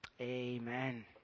Amen